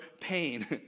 pain